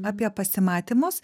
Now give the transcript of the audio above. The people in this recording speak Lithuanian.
apie pasimatymus